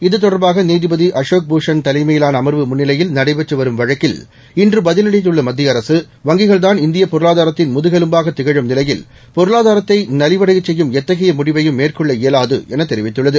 இது தொடர்பாக நீதிபதி அசோக் பூஷன் தலைமையிலான அமர்வு முன்னிலையில் நடைபெற்று வரும் வழக்கில் இன்று பதிலளித்துள்ள மத்திய அரசு வங்கிகள் தான் இந்தியப் பொருளாதாரத்தின் முதுகெலும்பாக திகழும் நிலையில் பொருளாதாரத்தை நலிவடையச் செய்யும் எத்தகைய முடிவையும் மேற்கொள்ள இயலாது என தெரிவித்துள்ளது